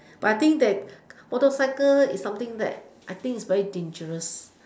but I think that motorcycle is something that I think is very dangerous